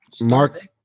Mark